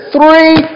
Three